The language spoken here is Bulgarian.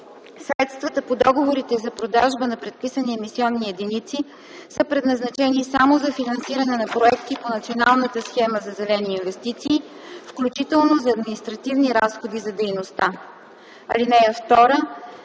Средствата по договорите за продажба на предписани емисионни единици са предназначени само за финансиране на проекти по Националната схема за зелени инвестиции, включително за административни разходи за дейността. (2)